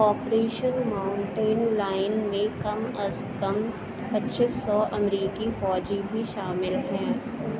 operation mountain line میں کم از کم پچیس سو امریکی فوجی بھی شامل ہیں